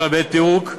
פירוק,